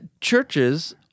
churches